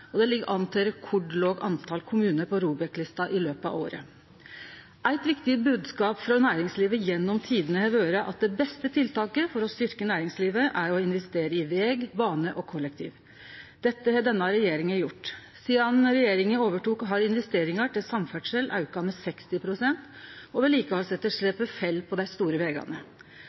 og det ligg an til rekordlågt tal på kommunar på ROBEK-lista i løpet av året. Eit viktig bodskap frå næringslivet gjennom tidene har vore at det beste tiltaket for å styrkje næringslivet er å investere i veg, bane og kollektiv. Det har denne regjeringa gjort. Sidan regjeringa tok over har investeringar til samferdsel auka med 60 pst., og vedlikehaldsetterslepet fell på dei store vegane.